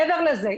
מעבר לזה,